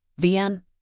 VN